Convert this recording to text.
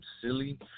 silly